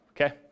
okay